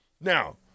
Now